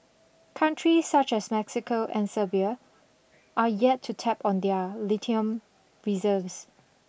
countries such as Mexico and Serbia are yet to tap on their lithium reserves